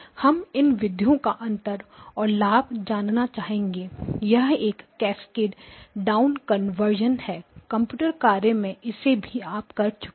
हम इन विधियों का अंतर और लाभ जानना चाहेंगे यह एक कास्केडेड डा उन कन्वर्जन है कंप्यूटर कार्य में इसे भी आप कर चुके हैं